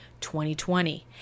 2020